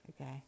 okay